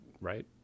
Right